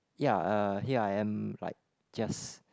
ya uh here I am like just